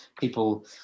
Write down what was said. people